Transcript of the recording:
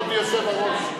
חבר הכנסת, כבוד היושב-ראש,